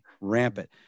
rampant